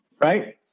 right